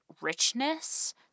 richness